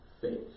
faith